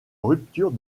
rupture